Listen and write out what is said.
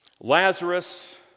Lazarus